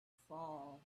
fall